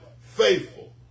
Faithful